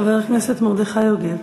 חבר הכנסת מרדכי יוגב.